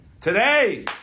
Today